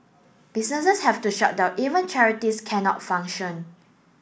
businesses have to shut down even charities cannot function